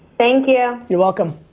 thank you you're welcome.